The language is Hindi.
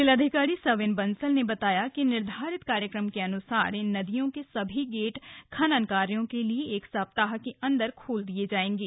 जिलाधिकारी सविन बंसल ने बताया कि निर्धारित कार्यक्रम के अनुसार इन नदियों के सभी गेट खनन कार्यों के लिए एक सप्ताह के अंदर खोल दिये जायेंगे